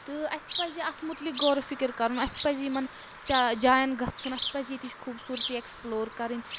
تہٕ اَسہِ پَزِ اَتھ مُتلِق غور فِکر کَرُن اَسہِ پَزِ یِمَن چا جایَن گژھُن اَسہِ پَزِ ییٚتِچ خوٗبصوٗرتی ایٚکٕسپٕلور کَرٕنۍ